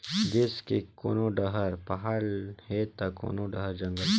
देस के कोनो डहर पहाड़ हे त कोनो डहर जंगल